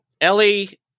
Ellie